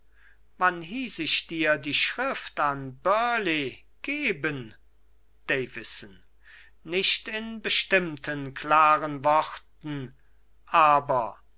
wann hieß ich dir die schrift an burleigh geben davison nicht in bestimmten klaren worten aber